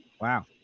Wow